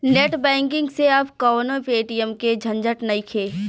net banking से अब कवनो पेटीएम के झंझट नइखे